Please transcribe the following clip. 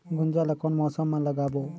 गुनजा ला कोन मौसम मा लगाबो?